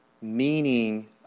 meaning